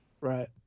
Right